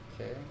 Okay